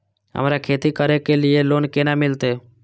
हमरा खेती करे के लिए लोन केना मिलते?